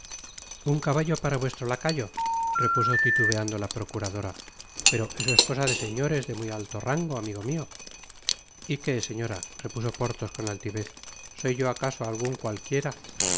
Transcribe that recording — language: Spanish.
un caballo para vuestro lacayo repuso titubeando la procuradora pero eso es cosa de señores de muy alio rango amigo mio y qué señora repuso porthos con altivez soy yo acaso algun cualquiera